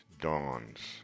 dawns